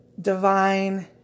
divine